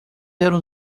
eram